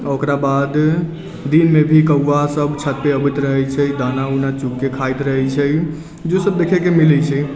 ओकरा बाद दिनमे भी कौआ सब छतपर अबैत रहै छै दाना उना चुगके खाइत रहै छै जे सब देखैके मिलै छै